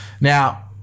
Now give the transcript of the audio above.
Now